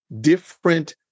different